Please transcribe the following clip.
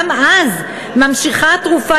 גם אז ממשיכה התרופה